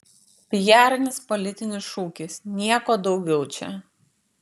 pijarinis politinis šūkis nieko daugiau čia